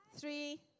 Three